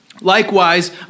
Likewise